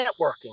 networking